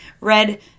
red